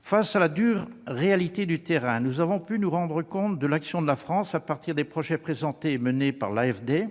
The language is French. Face à la dure réalité du terrain, nous avons pu nous rendre compte de l'action de la France à partir des projets présentés et menés par l'AFD